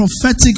prophetic